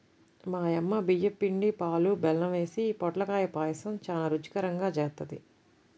మా యమ్మ బియ్యం పిండి, పాలు, బెల్లం యేసి పొట్లకాయ పాయసం చానా రుచికరంగా జేత్తది